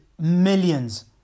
millions